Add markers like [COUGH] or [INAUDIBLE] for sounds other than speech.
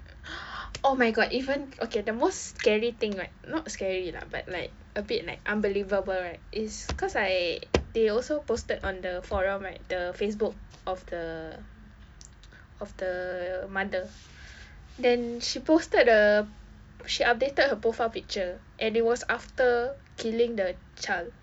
[NOISE] oh my god even okay the most scary thing right not scary lah but like a bit like unbelievable right is cause I they also posted on the forum right the facebook of the of the mother then she posted a she updated her profile picture and it was after killing the child